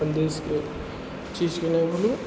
अपन देशके चीजके नहि भूलू